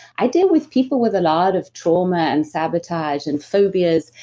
i deal with people with a lot of trauma and sabotage and phobias.